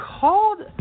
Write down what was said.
called